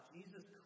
Jesus